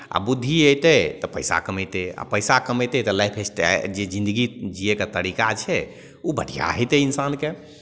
आ बुद्धि अयतै तऽ पैसा कमयतै आ पैसा कमयतै तऽ लाइफ स्टाइल जे जिन्दगी जियैके तरीका छै ओ बढ़िआँ हेतै इन्सानके